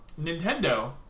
Nintendo